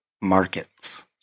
markets